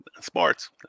sports